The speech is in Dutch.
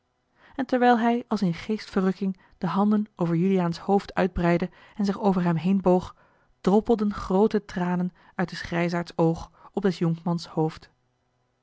en terwijl hij als in geestverrukking de handen over juliaans hoofd uitbreidde en zich over hem heenboog droppelden groote tranen uit des grijsaards oog op des jonkmans hoofd